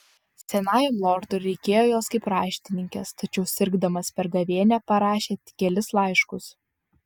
senajam lordui reikėjo jos kaip raštininkės tačiau sirgdamas per gavėnią parašė tik kelis laiškus